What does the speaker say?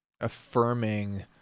affirming